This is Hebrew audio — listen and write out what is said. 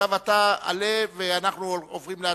עכשיו אתה עולה, ואנחנו עוברים להצבעה.